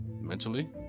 mentally